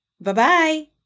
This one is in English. Bye-bye